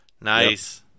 nice